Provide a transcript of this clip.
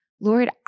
Lord